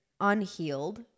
unhealed